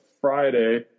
Friday